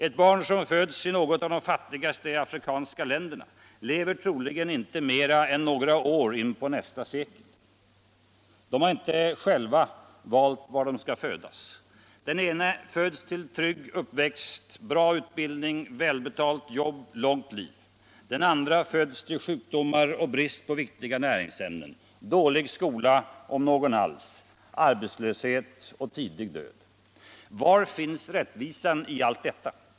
Ett barn som föds i något av de fattigaste afrikanska länderna lever troligen inte mer än några år in på nästa sekel. De har inte själva valt var de skall födas. Den ena föds till trygg uppväxt, bra utbildning, välbetalt jobb, långt liv. Den andra föds till sjukdomar och brist på viktiga näringsämnen, dålig skola, om någon alls, arbetslöshet och tidig död. Var finns rättvisan i detta?